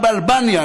לאלבניה.